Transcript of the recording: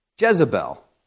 Jezebel